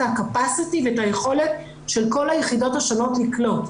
הקפסיטי ואת היכולת של כל היחידות השונות לקלוט.